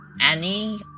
Annie